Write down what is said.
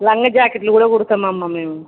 లంగా జాకెట్లు కూడా కుడుతాము అమ్మ మేమూ